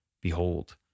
Behold